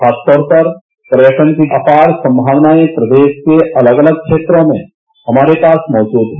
खासतौर पर पर्यटन की अपार संभावनाएं प्रदेश से अलग अलग क्षेत्रों में हमारे पास मौजूद है